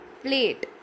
plate